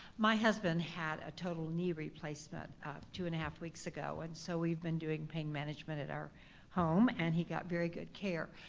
my husband had a total knee replacement two and weeks ago and so we've been doing pain management at our home and he got very good care.